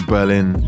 Berlin